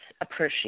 appreciate